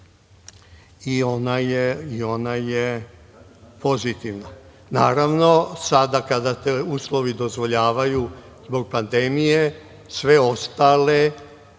i ona je pozitivna. Naravno, sada kada uslovi dozvoljavaju zbog pandemije sve ostale